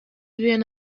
vien